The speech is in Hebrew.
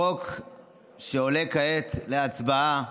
החוק שעולה כעת להצבעה,